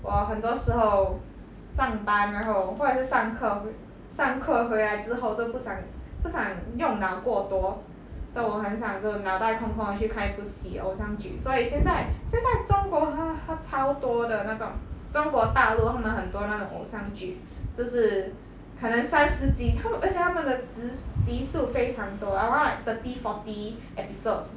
我很多时候 s~ 上班然后或者是上课回上课回来之后都不想不想用脑过多 so 我很想就是脑袋空空地去看一部戏偶像剧所以现在现在中国它它超多的那种中国大陆它们很多那种偶像剧就是可能三十集它们而且它们的集数非常多 around like thirty forty episodes